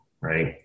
right